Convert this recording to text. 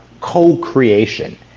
co-creation